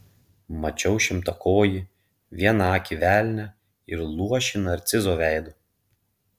mačiau šimtakojį vienakį velnią ir luošį narcizo veidu